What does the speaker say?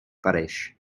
pareix